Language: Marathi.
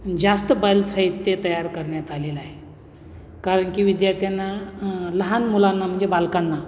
जास्त बालसाहित्य तयार करण्यात आलेलं आहे कारण की विद्यार्थ्यांना लहान मुलांना म्हणजे बालकांना